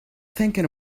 thinking